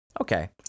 Okay